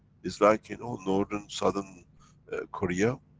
is like you know northern, southern korea,